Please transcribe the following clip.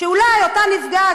שאולי אותה נפגעת,